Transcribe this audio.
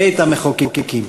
בית-המחוקקים.